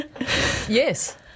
Yes